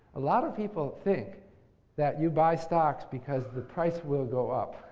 a lot of people think that you buy stocks because the price will go up.